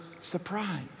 surprise